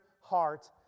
heart